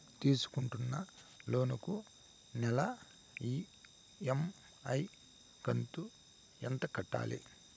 తీసుకుంటున్న లోను కు నెల ఇ.ఎం.ఐ కంతు ఎంత కట్టాలి?